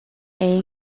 era